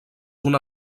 una